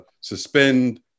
suspend